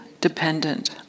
dependent